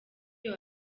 uyu